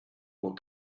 what